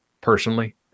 personally